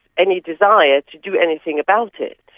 any desire to do anything about it.